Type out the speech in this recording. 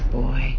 boy